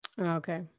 Okay